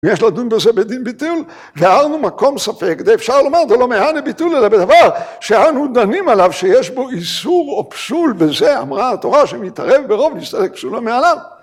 ‫ויש לדון בזה בדין ביטול? ‫גרנו מקום ספק. ‫זה אפשר לומר, ‫זה לא מהנה ביטול אלא בדבר ‫שאנו דנים עליו שיש בו איזור או פשול, ‫וזה אמרה התורה, ‫שמתערב ברוב להסתתק שולם מעליו.